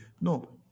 No